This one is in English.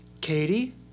Katie